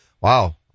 Wow